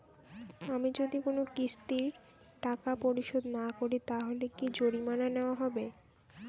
আমি যদি কোন কিস্তির টাকা পরিশোধ না করি তাহলে কি জরিমানা নেওয়া হবে?